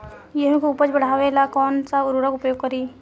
गेहूँ के उपज बढ़ावेला कौन सा उर्वरक उपयोग करीं?